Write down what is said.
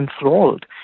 enthralled